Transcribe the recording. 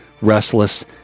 restless